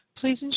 Please